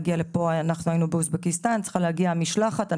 אנחנו היינו באוזבקיסטן ועכשיו צריכה להגיע משלחת משם.